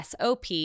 SOP